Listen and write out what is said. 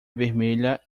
vermelha